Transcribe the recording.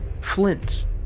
Flint